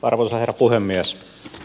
arvoisa herra puhemies